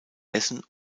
essen